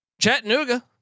Chattanooga